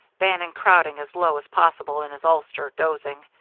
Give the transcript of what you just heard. bannon crowding as low as possible in his ulster, dozing.